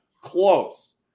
close